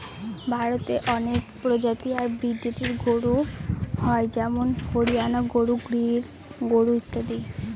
ভারতে অনেক প্রজাতি আর ব্রিডের গরু হয় যেমন হরিয়ানা গরু, গির গরু ইত্যাদি